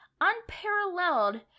unparalleled